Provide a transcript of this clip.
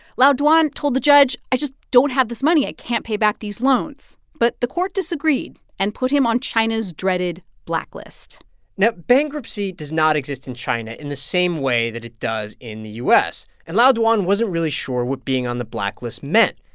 lao dwan told the judge, i just don't have this money, i can't pay back these loans. but the court disagreed and put him on china's dreaded blacklist now, bankruptcy does not exist in china in the same way that it does in the u s, and lao dwan wasn't really sure what being on the blacklist meant.